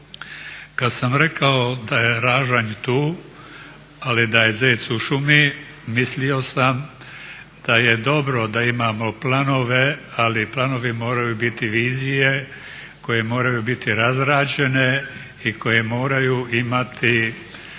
Kad sam rekao da je ražanj tu ali da je zec u šumi mislio sam da je dobro da imamo planove, ali planovi moraju biti vizije koje moraju biti razrađene i koje moraju imati